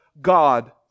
God